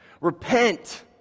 Repent